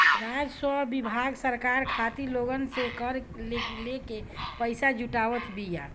राजस्व विभाग सरकार खातिर लोगन से कर लेके पईसा जुटावत बिया